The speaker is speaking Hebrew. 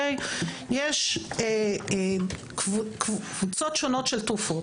יש קבוצות שונות של תרופות.